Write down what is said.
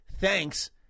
thanks